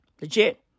Legit